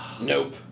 nope